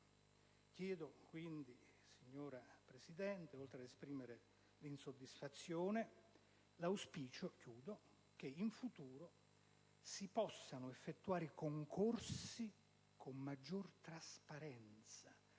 tutela. Quindi, signora Presidente, oltre ad esprimere insoddisfazione, il mio auspicio è che in futuro si possano effettuare concorsi con maggior trasparenza